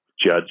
judge